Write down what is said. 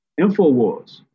Infowars